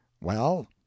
Well